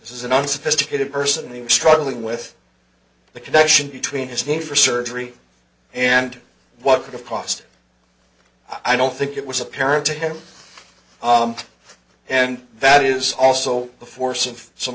this is an unsophisticated person he was struggling with the connection between his name for surgery and what could have cost i don't think it was apparent to him and that is also a force of some